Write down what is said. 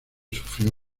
sufrió